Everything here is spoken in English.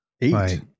Eight